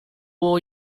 will